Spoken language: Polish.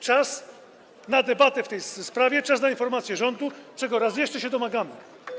Czas na debatę w tej sprawie, czas na informację rządu, czego raz jeszcze się domagamy.